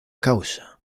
causa